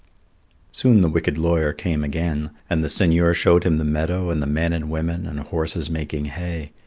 soon the wicked lawyer came again, and the seigneur showed him the meadow and the men and women and horses making hay.